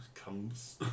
comes